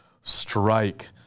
strike